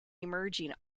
emerging